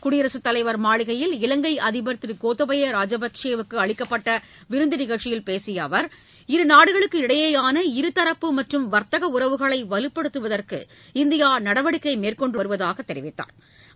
குடியரசுத்தலைவா் மாளிகையில் இலங்கை அதிபா் திரு கோத்தபய ராஜபக்சேவுக்கு அளிக்கப்பட்ட விருந்து நிகழ்ச்சியில் பேசிய அவர் இரு நாடுகளுக்கிடையேயான இருதரப்பு மற்றும் வர்த்தக உறவுகளை வலுப்படுத்துவதற்கு இந்தியா நடவடிக்கை மேற்கொண்டுவருவதாக தெரிவித்தாா்